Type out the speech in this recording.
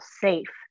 safe